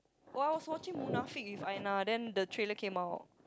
while I was watching munafik with Ainah then the trailer came out